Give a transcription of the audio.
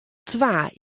twa